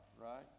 right